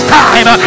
time